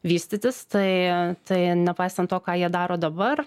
vystytis tai tai nepaisant to ką jie daro dabar